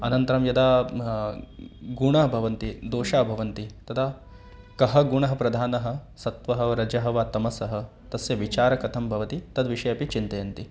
अनन्तरं यदा गुणाः भवन्ति दोषाः भवन्ति तदा कः गुणः प्रधानः सत्त्वः वा रजः वा तमः तस्य विचाःर कथं भवति तद्विषये अपि चिन्तयन्ति